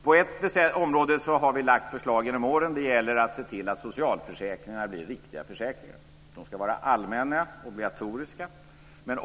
På ett område har vi lagt förslag genom åren, och det gäller att se till att socialförsäkringarna blir riktiga försäkringar. De ska vara allmänna och obligatoriska.